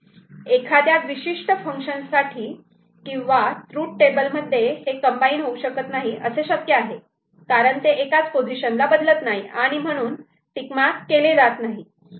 एखाद्या विशिष्ट फंक्शन साठी किंवा ट्रूथटेबल मध्ये हे कंबाईन होऊ शकत नाही असे शक्य आहे कारण ते एकाच पोझिशनला ला बदलत नाही आणि म्हणून टिक मार्क केले जात नाही